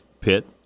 Pitt